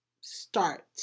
start